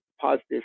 positive